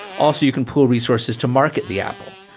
also, you can pool resources to market the apple